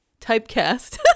typecast